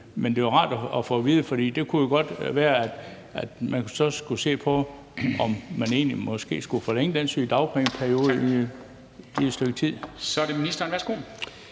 Men det ville være rart at få at vide, for det kunne jo godt være, at man så skulle se på, om man egentlig måske skulle forlænge den sygedagpengeperiode i et stykke tid. Kl. 14:12 Formanden (Henrik